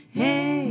hey